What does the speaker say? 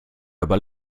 aber